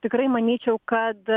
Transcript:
tikrai manyčiau kad